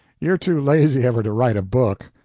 you're too lazy ever to write a book.